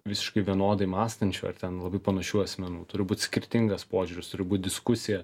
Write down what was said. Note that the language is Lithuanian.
visiškai vienodai mąstančių ar ten labai panašių asmenų turi būt skirtingas požiūris turi būt diskusija